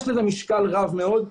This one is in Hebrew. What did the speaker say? יש לזה משקל רב מאוד,